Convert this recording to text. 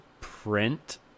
print